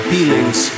Feelings